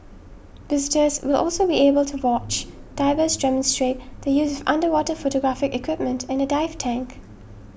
visitors will also be able to watch divers demonstrate the use underwater photographic equipment in a dive tank